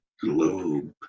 globe